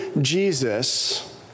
Jesus